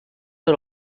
are